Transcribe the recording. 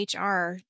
HR